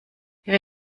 ihre